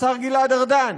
השר גלעד ארדן,